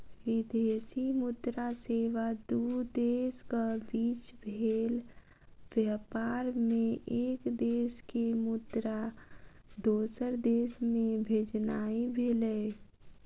विदेशी मुद्रा सेवा दू देशक बीच भेल व्यापार मे एक देश के मुद्रा दोसर देश मे भेजनाइ भेलै